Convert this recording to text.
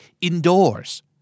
indoors